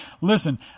Listen